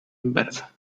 inversa